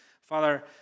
Father